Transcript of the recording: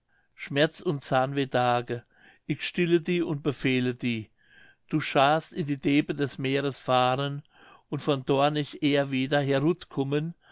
schmerz und zahnwehdage ik stille di und befehle di du schast in de deepe des meeres fahren und von doar nich eher wedder